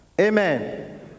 Amen